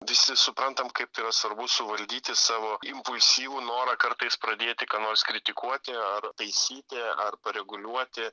visi suprantam kaip yra svarbu suvaldyti savo impulsyvų norą kartais pradėti ką nors kritikuoti ar taisyti ar pareguliuoti